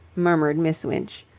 murmured miss winch,